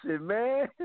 man